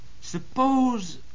Suppose